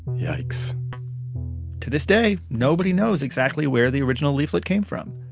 yikes to this day, nobody knows exactly where the original leaflet came from.